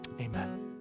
Amen